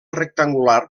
rectangular